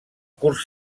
curs